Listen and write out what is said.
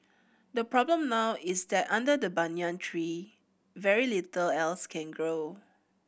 the problem now is that under the banyan tree very little else can grow